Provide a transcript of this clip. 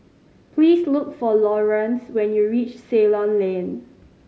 please look for Lawrance when you reach Ceylon Lane